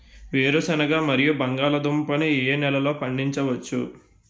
వేరుసెనగ మరియు బంగాళదుంప ని ఏ నెలలో పండించ వచ్చు?